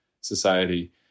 society